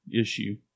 issue